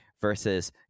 versus